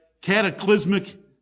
cataclysmic